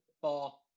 Four